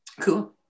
cool